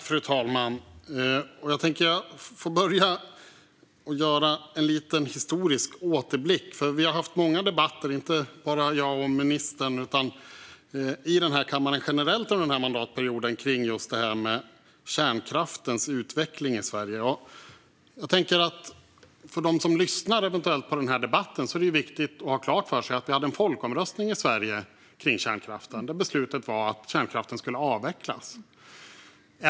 Fru talman! Jag börjar med att göra en liten historisk återblick. Vi har haft många debatter i denna kammare under den här mandatperioden - inte bara jag och ministern - om kärnkraftens utveckling i Sverige. För dem som eventuellt lyssnar på denna debatt är det viktigt att ha klart för sig att det hölls en folkomröstning i Sverige om kärnkraften. Beslutet där var att kärnkraften skulle avvecklas.